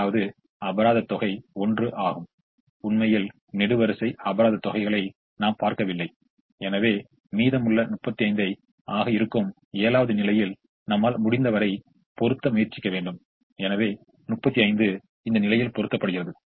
உகந்த தீர்வுகளைப் பெறுவதற்கு நாம் காண்பிக்கும் மற்றொரு முறையைப் பற்றி பார்ப்போம் இது ஸ்டெப்பிங் ஸ்டோன் மெத்தெடிலிருந்து வேறுபட்டது இந்த முறையை மோடி மெத்தெட் அல்லது மாற்றியமைக்கப்பட்ட விநியோக முறை என்று அழைக்கப்படுகிறது